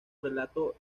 relato